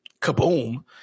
kaboom